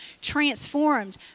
transformed